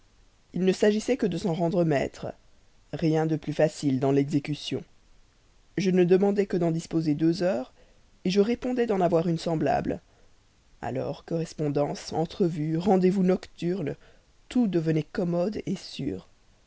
il ne s'agissait que de s'en rendre maître rien de plus facile dans l'exécution je ne demandais que d'en disposer deux heures je répondais d'en avoir une semblable alors correspondances entrevues rendez-vous nocturnes tout devenait commode sûr